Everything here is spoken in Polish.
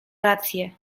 rację